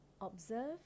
Observe